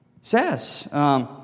says